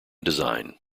design